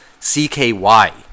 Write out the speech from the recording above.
CKY